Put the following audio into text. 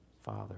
Father